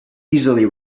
easily